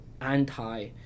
anti